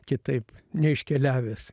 kitaip neiškeliavęs